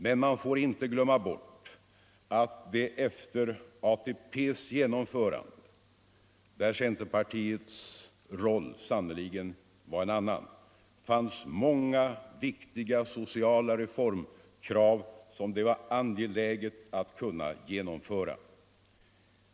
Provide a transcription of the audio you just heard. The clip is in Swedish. Men man får inte glömma bort att det efter ATP:s genomförande — där centerpartiets roll sannerligen var en annan — fanns många viktiga sociala reformkrav som det var angeläget att kunna tillgodose.